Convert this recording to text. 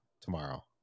tomorrow